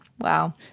wow